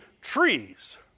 trees